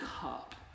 cup